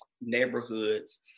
neighborhoods